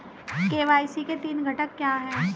KYC के तीन घटक क्या हैं?